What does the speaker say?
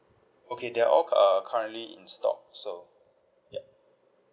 okay they're all uh currently in stock so yup